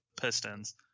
Pistons